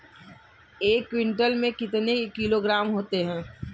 एक क्विंटल में कितने किलोग्राम होते हैं?